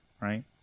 right